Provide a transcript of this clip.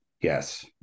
Yes